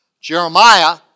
Jeremiah